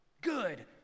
good